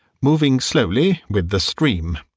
moving slowly with the stream.